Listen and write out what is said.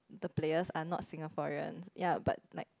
the players are not Singaporean ya but like